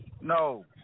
No